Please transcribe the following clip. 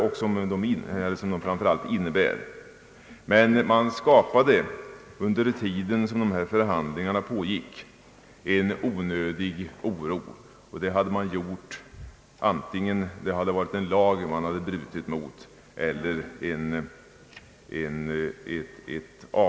Det hade gått på samma sätt i vilket fall som helst, men medan dessa förhandlingar pågick skapade man en onödig oro.